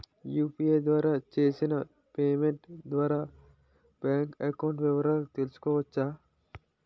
UPI ద్వారా చేసిన payment ద్వారా బ్యాంక్ అకౌంట్ వివరాలు తెలుసుకోవచ్చ?